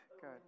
Good